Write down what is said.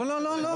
לא, לא, לא.